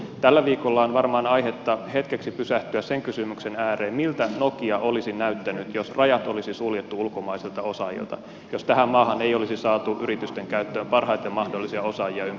tällä viikolla on varmaan aihetta hetkeksi pysähtyä sen kysymyksen ääreen miltä nokia olisi näyttänyt jos rajat olisi suljettu ulkomaisilta osaajilta jos tähän maahan ei olisi saatu yritysten käyttöön parhaita mahdollisia osaajia ympäri maailman